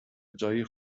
جایی